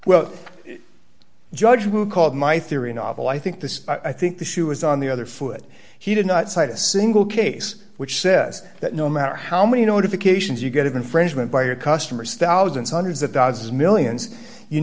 well judge who called my theory a novel i think this i think the shoe is on the other foot he did not cite a single case which says that no matter how many notifications you get of infringement by your customers thousands hundreds of dogs millions you